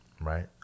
Right